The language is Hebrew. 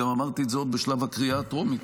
אמרתי את זה עוד בשלב הקריאה הטרומית,